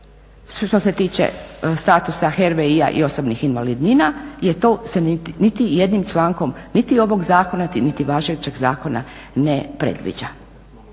što se tiče statusa HRVI-a i osobnih invalidnina jer to se niti jednim člankom niti ovog zakona niti važećeg zakona ne predviđa.